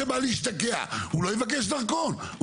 4. יותר גבוה דרמטית מאחוז ההשתקעות הכללי מכלל העולים.